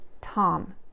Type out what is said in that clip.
Tom